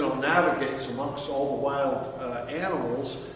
navigates amongst all the wild animals,